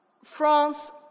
France